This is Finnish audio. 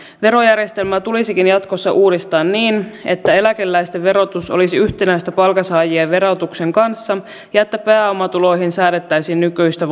verojärjestelmää tulisikin jatkossa uudistaa niin että eläkeläisten verotus olisi yhtenäistä palkansaajien verotuksen kanssa ja että pääomatuloihin säädettäisiin nykyistä